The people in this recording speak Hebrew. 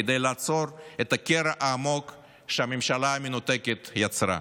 כדי לעצור את הקרע העמוק שהממשלה המנותקת יצרה.